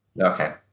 okay